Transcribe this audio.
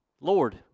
Lord